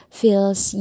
feels